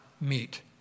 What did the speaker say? meet